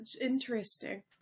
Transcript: interesting